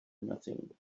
nothing